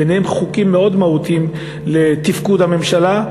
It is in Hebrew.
ביניהם חוקים מאוד מהותיים לתפקוד הממשלה,